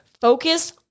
focus